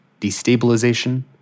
destabilization